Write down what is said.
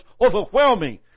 overwhelming